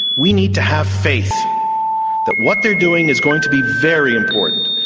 we need to have faith that what they're doing is going to be very important,